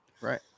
right